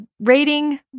rating